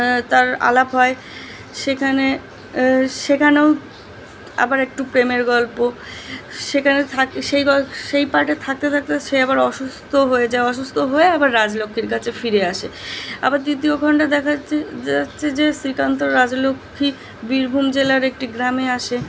তার আলাপ হয় সেখানে সেখানেও আবার একটু প্রেমের গল্প সেখানে থাকে সেই গল সেই পার্টে থাকতে থাকতে সে আবার অসুস্থ হয়ে যায় অসুস্থ হয়ে আবার রাজলক্ষ্মীর কাছে ফিরে আসে আবার দ্বিতীয় খণ্ডে দেখাচ্ছে যে হচ্ছে যে শ্রীকান্ত রাজলক্ষ্মী বীরভূম জেলার একটি গ্রামে আসে